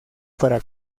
para